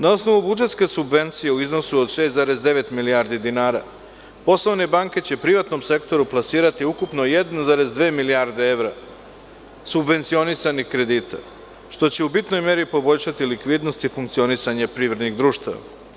Na osnovu budžetske subvencije u iznosu od 6,9 milijardi dinara poslovne banke će privatnom sektoru plasirati ukupno 1,2 milijarde evra subvencionisanih kredita, što će u bitnoj meri poboljšati likvidnost i funkcionisanje privrednih društava.